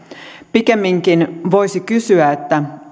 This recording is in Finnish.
pikemminkin voisi kysyä että